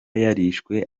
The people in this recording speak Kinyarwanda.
yarishwe